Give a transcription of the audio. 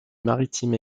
maritimes